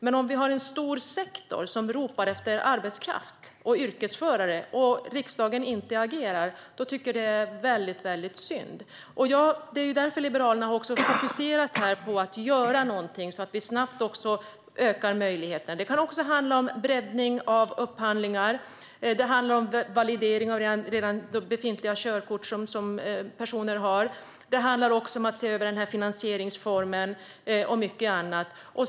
Men om vi har en stor sektor som ropar efter arbetskraft, efter yrkesförare, och riksdagen inte agerar tycker jag att det är väldigt synd. Det är därför Liberalerna har fokuserat på att göra någonting så att vi snabbt ökar möjligheterna. Det kan också handla om breddning av upphandlingar och om validering av befintliga körkort. Det handlar om att se över den här finansieringsformen och mycket annat.